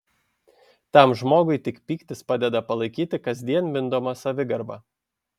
tam žmogui tik pyktis padeda palaikyti kasdien mindomą savigarbą